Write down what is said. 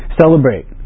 celebrate